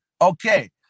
Okay